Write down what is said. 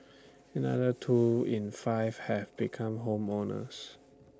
another two in five have become home owners